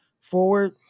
forward